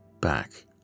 back